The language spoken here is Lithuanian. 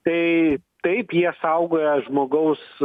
tai taip jie saugoja žmogaus